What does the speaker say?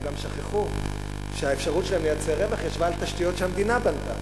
הם גם שכחו שהאפשרות שלהם לייצר רווח ישבה על תשתיות שהמדינה בנתה,